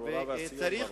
הנקודה ברורה והסיום ברור.